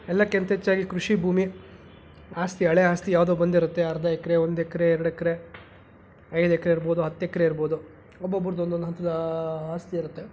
ಎಲ್ಲದ್ಕಿಂತ ಹೆಚ್ಚಾಗಿ ಕೃಷಿ ಭೂಮಿ ಆಸ್ತಿ ಹಳೆಯ ಆಸ್ತಿ ಯಾವುದೋ ಬಂದಿರುತ್ತೆ ಅರ್ಧ ಎಕರೆ ಒಂದೆಕರೆ ಎರಡೆಕ್ರೆ ಐದು ಎಕರೆ ಇರಬಹುದು ಹತ್ತು ಎಕರೆ ಇರಬಹುದು ಒಬ್ಬೊಬ್ರದ್ದು ಒಂದೊಂದು ಆಸ್ತಿ ಇರುತ್ತೆ